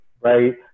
right